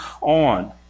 on